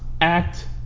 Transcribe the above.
act